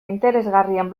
interesgarrien